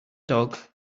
dog